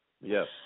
Yes